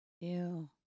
Ew